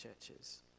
churches